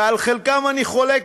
ועל חלקם אני חולק,